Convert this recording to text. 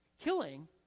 killing